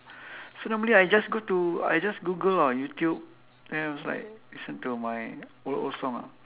so normally I just go to I just google on youtube then was like listen to my old old song ah